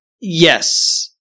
Yes